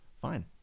fine